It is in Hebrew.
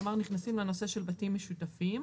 כלומר, נכנסים לנושא של בתים משותפים.